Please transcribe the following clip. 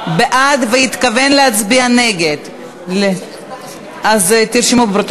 מעמדם של בני-זוג שבאו בברית